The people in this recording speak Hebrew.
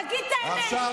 תגיד את האמת.